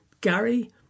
Gary